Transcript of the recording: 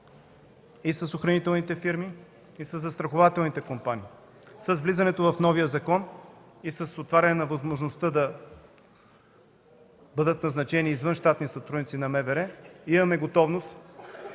и с охранителните фирми, и със застрахователните компании. С влизането в новия закон и с отваряне на възможността да бъдат назначени извънщатни сътрудници на МВР имаме готовност